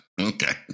Okay